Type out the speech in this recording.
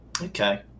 Okay